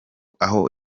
aho